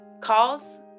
calls